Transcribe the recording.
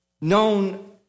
known